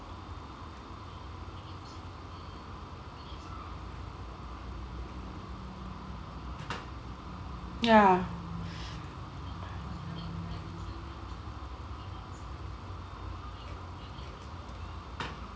ya